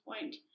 point